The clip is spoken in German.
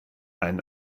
ein